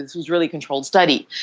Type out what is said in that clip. is is really controlled study.